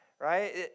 right